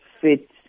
fit